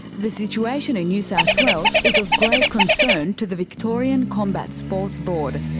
the situation in new south wales is of great concern to the victorian combat sports board.